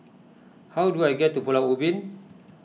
how do I get to Pulau Ubin